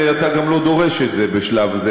ואתה גם לא דורש את זה בשלב זה,